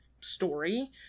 story